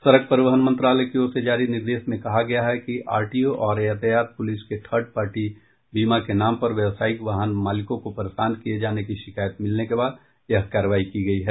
सड़क परिवहन मंत्रालय की ओर से जारी निर्देश में कहा गया है कि आरटीओ और यातायात पुलिस के थर्ड पार्टी बीमा के नाम पर व्यवसायिक वाहन मालिकों को परेशान किये जाने की शिकायत मिलने के बाद यह कार्रवाई की गयी है